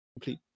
complete